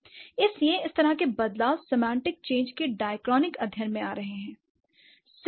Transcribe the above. इसलिए इस तरह के बदलाव सेमांटिक चेंज के डायनाक्रेटिक अध्ययन में आ रहे हैं